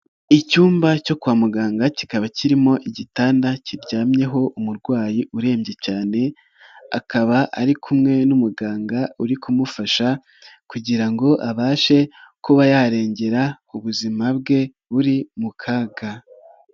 Icyumba cyo kwa muganga kikaba kirimo igitanda kiryamyeho umurwayi urembye cyane, akaba ari kumwe n'umuganga uri kumufasha kugira ngo abashe kuba yarengera ubuzima bwe buri mu kaga.